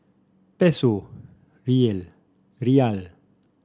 Peso Riel Riyal